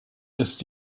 ist